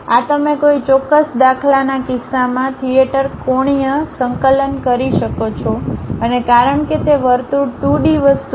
આ તમે કોઈ ચોક્કસ દાખલાના કિસ્સામાં થિયેટર કોણીય સંકલન કરી શકો છો અને કારણ કે તે વર્તુળ 2 D વસ્તુ છે